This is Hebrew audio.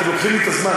אתם לוקחים לי את הזמן.